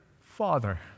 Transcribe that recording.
Father